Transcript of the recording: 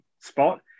spot